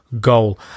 goal